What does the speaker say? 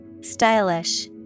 Stylish